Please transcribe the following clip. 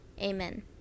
Amen